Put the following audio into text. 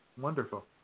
Wonderful